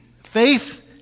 Faith